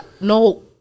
no